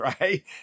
Right